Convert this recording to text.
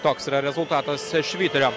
toks yra rezultatas švyturio